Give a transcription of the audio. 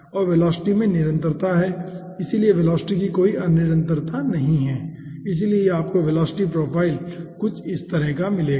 और वेलोसिटी में निरंतरता है इसलिए वेलोसिटी की कोई अनिरंतरता नहीं है इसलिए आपको वेलोसिटी प्रोफ़ाइल कुछ इस तरह का मिलेगा